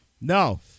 No